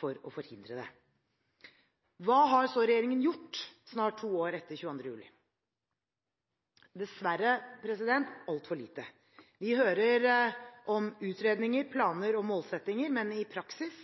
for å forhindre det. Hva har så regjeringen gjort snart to år etter 22. juli? Dessverre, altfor lite. Vi hører om utredninger, planer og målsettinger, men i praksis